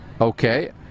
Okay